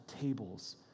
tables